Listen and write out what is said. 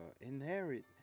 inherit